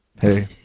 Hey